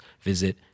visit